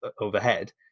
overhead